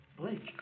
Blake